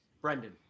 Brendan